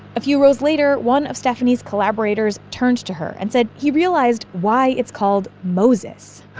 a few rows later, one of stephanie's collaborators turns to her and said he realized why it's called moses